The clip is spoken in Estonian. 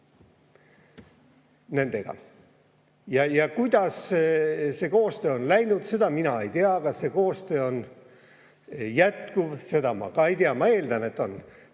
nendega koostööd. Kuidas see koostöö on läinud, seda mina ei tea. Kas see koostöö on jätkuv, seda ma ka ei tea, aga ma eeldan, et on.